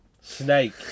Snake